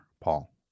Paul